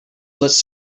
les